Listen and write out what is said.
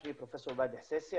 שמי פרופ' באדי חסייסי,